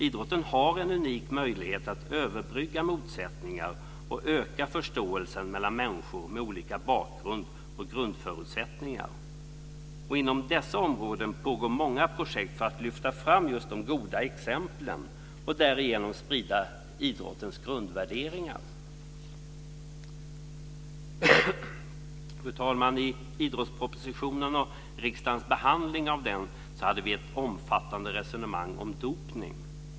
Idrotten har en unik möjlighet att överbrygga motsättningar och öka förståelsen mellan människor med olika bakgrund och grundförutsättningar. Inom dessa områden pågår många projekt för att lyfta fram just de goda exemplen och därigenom sprida idrottens grundvärderingar. Fru talman! I idrottspropositionen och riksdagens behandling av den hade vi ett omfattande resonemang om dopning.